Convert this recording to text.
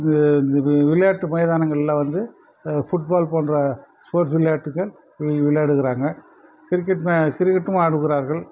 இது விளையாட்டு மைதானங்களில் வந்து ஃபுட் பால் போன்ற ஸ்போட்ஸ் விளையாட்டுகள் விளையாடுகிறாங்க கிரிக்கெட் மே கிரிக்கெட்டும் ஆடுகிறார்கள்